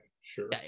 sure